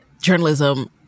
journalism